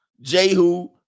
jehu